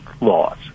laws